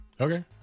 Okay